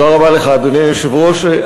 אדוני היושב-ראש,